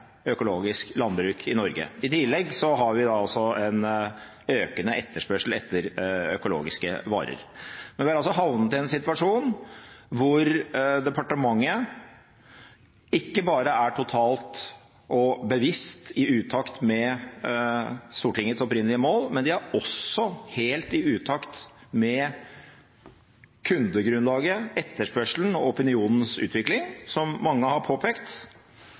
økologisk landbruk i Norge. I tillegg har vi også en økende etterspørsel etter økologiske varer. Vi har havnet i en situasjon hvor departementet ikke bare er totalt og bevisst i utakt med Stortingets opprinnelige mål, men det er også helt i utakt med kundegrunnlaget, etterspørselen og opinionens utvikling, som mange har påpekt.